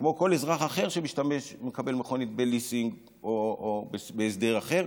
כמו כל אזרח אחר שמקבל מכונית בליסינג או בהסדר אחר,